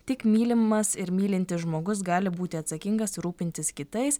tik mylimas ir mylintis žmogus gali būti atsakingas rūpintis kitais